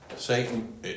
Satan